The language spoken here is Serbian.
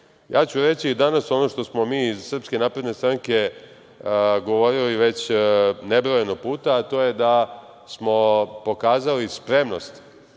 Ja ću reći danas ono što smo mi iz SNS govorili već nebrojeno puta, a to je da smo pokazali spremnost